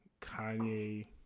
Kanye